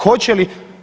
Hoće li?